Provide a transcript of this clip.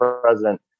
president